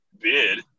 bid